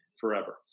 forever